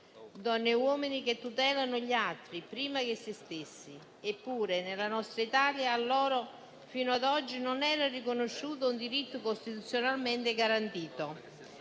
donne e uomini che tutelano gli altri prima che sé stessi. Eppure, nella nostra Italia a loro fino ad oggi non era riconosciuto un diritto costituzionalmente garantito.